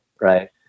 right